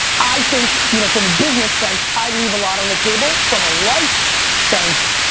i think you know from a business sense i leave a lot on the table from a life sense,